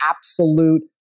absolute